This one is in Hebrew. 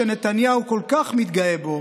שנתניהו כל כך מתגאה בו,